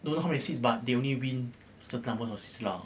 don't know how many seats but they only win certain number of seats lah